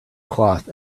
cloth